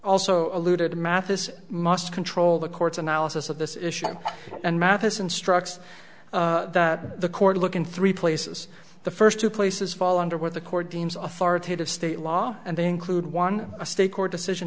also alluded to mathis must control the court's analysis of this issue and matheson strikes that the court look in three places the first two places fall under what the court deems authoritative state law and they include one a state court decision